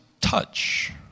touch